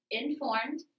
informed